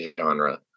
genre